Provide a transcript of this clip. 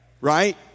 Right